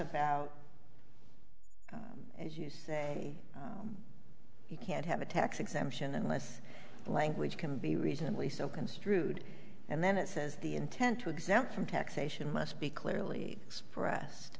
about as you say you can't have a tax exemption unless the language can be reasonably so construed and then it says the intent to exempt from taxation must be clearly expressed